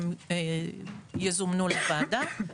הם יוזמנו לוועדה,